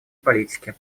политики